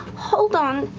hold on,